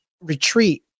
retreat